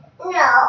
No